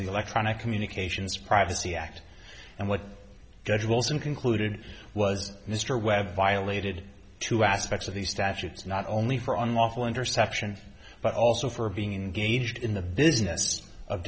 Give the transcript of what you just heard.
the electronic communications privacy act and what judge wilson concluded was mr webb violated two aspects of the statutes not only for unlawful interception but also for being engaged in the business of